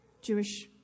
Jewish